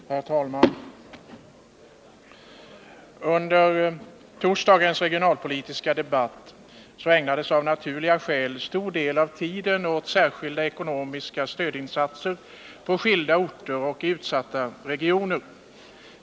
Herr talman! Under torsdagens regionalpolitiska debatt ägnades av naturliga skäl stor del av tiden åt särskilda ekonomiska stödinsatser på skilda orter och i utsatta regioner.